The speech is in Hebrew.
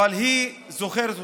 אבל היא זוכרת אותך.